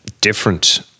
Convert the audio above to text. different